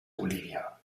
olivia